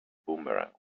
boomerang